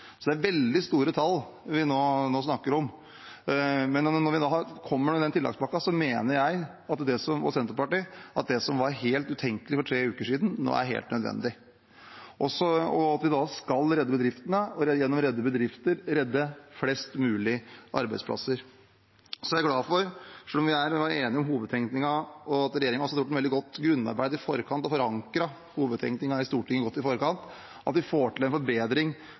så er kostnadene høyere enn tilleggspakken. Ifølge Finansdepartementets beregninger er kostnadene for det 60 mrd. kr. Så det er veldig store tall vi nå snakker om. Men når vi kommer med den tilleggspakken, mener jeg og Senterpartiet at det som var helt utenkelig for tre uker siden, nå er helt nødvendig for at vi skal redde bedriftene og gjennom det redde flest mulig arbeidsplasser. Så er jeg glad for, selv om vi er enige om hovedtenkningen og at regjeringen har gjort et veldig godt grunnarbeid og forankret hovedtenkningen godt i Stortinget i forkant, at vi får til en forbedring